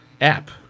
app